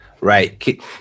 Right